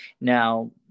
Now